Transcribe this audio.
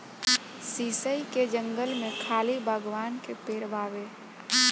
शीशइ के जंगल में खाली शागवान के पेड़ बावे